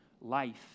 life